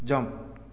jump